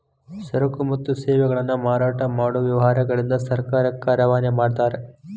ಸರಕು ಮತ್ತು ಸೇವೆಗಳನ್ನ ಮಾರಾಟ ಮಾಡೊ ವ್ಯವಹಾರಗಳಿಂದ ಸರ್ಕಾರಕ್ಕ ರವಾನೆ ಮಾಡ್ತಾರ